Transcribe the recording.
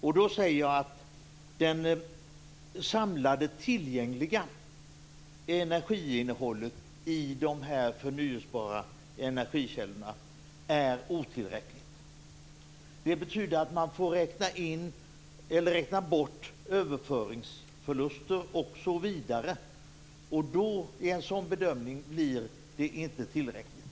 Jag säger då att det samlade tillgängliga energiinnehållet i de förnyelsebara energikällorna är otillräckligt. Det betyder att man får räkna bort överföringsförluster osv., och i en sådan bedömning blir det inte tillräckligt.